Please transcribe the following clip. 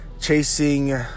Chasing